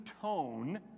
tone